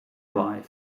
alive